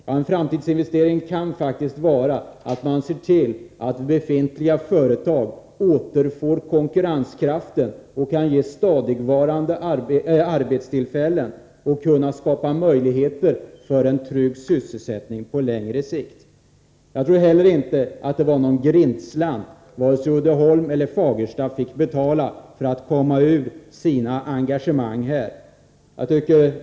Ja, en framtidsinvestering kan faktiskt vara att se till att befintliga företag återfår sin konkurrenskraft och kan ge stadigvarande arbeten och skapa möjligheter till en trygg sysselsättning på längre sikt. Jag tror inte heller att det var någon grindslant som vare sig Uddeholm eller Fagersta fick betala för att komma ur sina engagemang här.